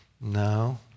No